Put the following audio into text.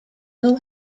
who